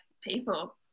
people